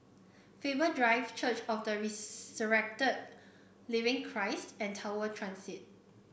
Faber Drive Church of the Resurrected Living Christ and Tower Transit